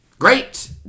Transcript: Great